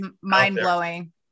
mind-blowing